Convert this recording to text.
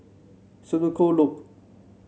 Senoko Loop